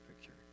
picture